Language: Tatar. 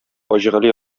фаҗигале